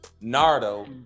nardo